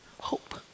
hope